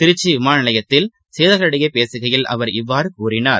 திருச்சிவிமானநிலையத்தில் செய்தியாளர்களிடம் பேசுகையில் அவர் இவ்வாறுகூறினார்